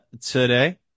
today